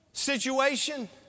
situation